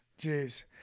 Jeez